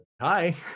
hi